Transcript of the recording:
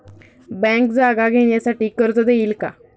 Bank जागा घेण्यासाठी कर्ज देईल का?